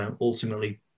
ultimately